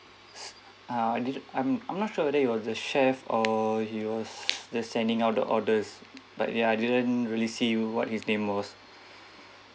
s~ ah I'm I'm not sure whether he was the chefs or he was the sending out the orders but yeah I didn't really see what his name was